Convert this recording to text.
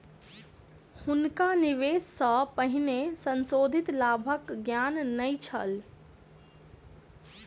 हुनका निवेश सॅ पहिने संशोधित लाभक ज्ञान नै छल